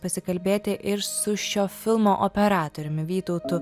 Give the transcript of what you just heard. pasikalbėti ir su šio filmo operatoriumi vytautu